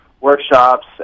workshops